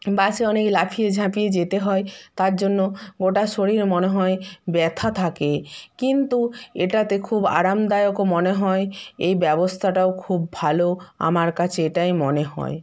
বাসে অনেক লাফিয়ে ঝাঁপিয়ে যেতে হয় তার জন্য গোটা শরীর মনে হয় ব্যথা থাকে কিন্তু এটাতে খুব আরামদায়কও মনে হয় এই ব্যবস্থাটাও খুব ভালো আমার কাছে এটাই মনে হয়